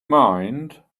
mind